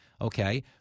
Okay